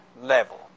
level